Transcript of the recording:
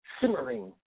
simmering